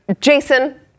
Jason